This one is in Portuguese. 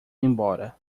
embora